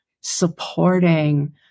supporting